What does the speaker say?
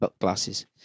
glasses